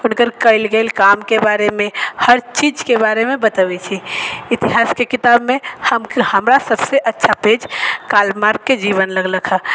हुनकर कयल गेल काम के बारे मे हर चीज के बारे मे बतबै छै इतिहास के किताब मे हम हमरा सबसे अच्छा पेज कार्ल मार्क के जीवन लगलक हँ